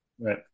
Right